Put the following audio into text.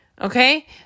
Okay